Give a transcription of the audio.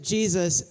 Jesus